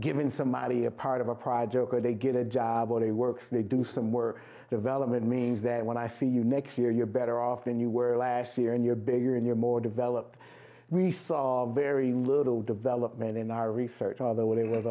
giving somebody a part of a project or they get a job or a work they do some work development means that when i see you next year you're better off than you were last year and you're bigger and you're more developed we saw very little development in our research although it